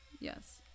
yes